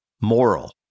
moral